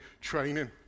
training